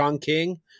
King